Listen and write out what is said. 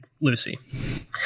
Lucy